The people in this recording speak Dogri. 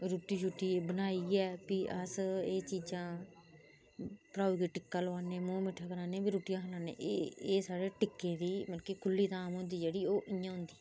रुट्टी शुट्टी बनाइयै फ्ही अस एह् चीजां भ्राऊ गी टिक्का लुआने मुंह मिट्ठा कराने फ्ही रुट्टी खलान्ने एह साढ़े टिक्के दी मतलब कि खुल्ली धाम होंदी जेहड़ी ओह इयां होंदी